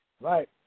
Right